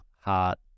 heart